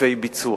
היקפי ביצוע.